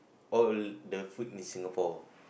what will the food in Singapore